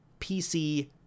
PC